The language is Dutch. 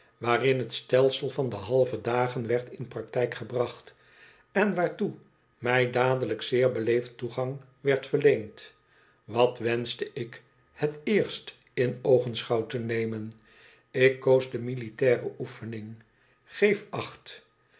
waarin het stelsel van de halve dagen werd in praktijk gebracht en waartoe mij dadelijk zeer beleefd toegang werd verleend wat wenschte ik het eerste in oogenschouw te nemen ik koos de militaire oefening g-eef acht